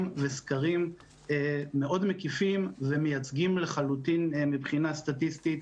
וסקרים מקיפים מאוד ומייצגים לחלוטין מבחינה סטטיסטית,